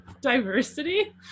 diversity